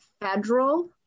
federal